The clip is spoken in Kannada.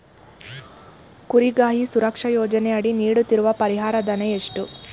ಕುರಿಗಾಹಿ ಸುರಕ್ಷಾ ಯೋಜನೆಯಡಿ ನೀಡುತ್ತಿರುವ ಪರಿಹಾರ ಧನ ಎಷ್ಟು?